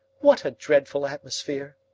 what a dreadful atmosphere!